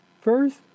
First